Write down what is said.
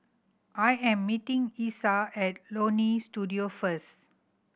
I am meeting Essa at Leonie Studio first